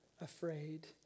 afraid